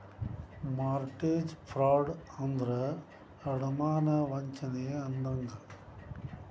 mortgage fraud ಅಂದ್ರ ಅಡಮಾನ ವಂಚನೆ ಅಂದಂಗ